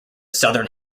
southern